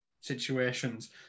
situations